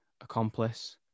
accomplice